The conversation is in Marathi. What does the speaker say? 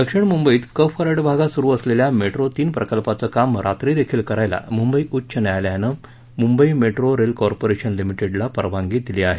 दक्षिण मुंबईत कफ परेड भागात सुरू असलेल्या मेट्रो तीन प्रकल्पाचं काम रात्री देखील करायला मुंबई उच्च न्यायालयानं मुंबई मेट्रो रेल कॉपोरेशन लिमिटेडला परवानगी दिली आहे